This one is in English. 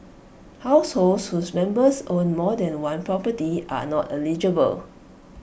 households whose members own more than one property are not eligible